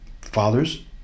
fathers